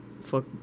fuck